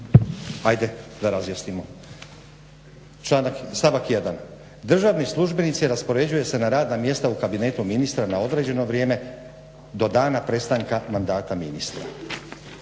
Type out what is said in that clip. Dakle u stavku 1. su državni službenici koji se raspoređuju na radna mjesta u kabinetu ministra na određeno vrijeme do dana prestanka mandata ministra,